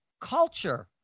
culture